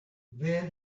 then